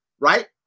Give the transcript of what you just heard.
right